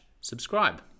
subscribe